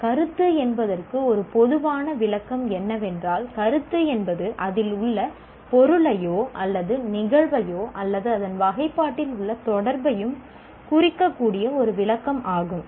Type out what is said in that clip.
கருத்து என்பதற்கு ஒரு பொதுவான விளக்கம் என்னவென்றால் "கருத்து என்பது அதில் உள்ள பொருளையோ அல்லது நிகழ்வையோ அல்லது அதன் வகைப்பாட்டில் உள்ள தொடர்பையும் குறிக்கக்கூடிய ஒரு விளக்கம் ஆகும்"